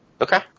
Okay